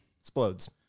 explodes